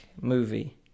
movie